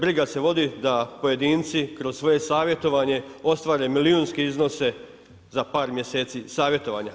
Briga se vodi da pojedinci kroz svoje savjetovanje ostvare milijunske iznose za par mjeseci savjetovanja.